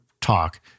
talk